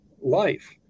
life